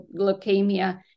leukemia